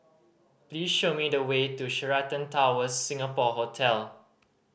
please show me the way to Sheraton Towers Singapore Hotel